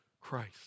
Christ